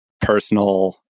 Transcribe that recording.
personal